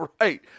Right